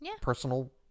personal